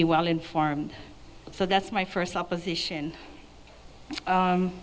be well informed so that's my first opposition